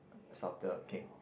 softer okay